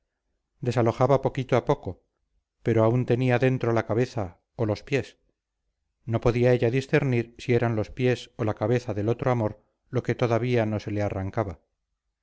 desalojaba poquito a poco pero aún tenía dentro la cabeza o los pies no podía ella discernir si eran los pies o la cabeza del otro amor lo que todavía no se le arrancaba